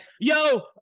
Yo